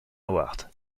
award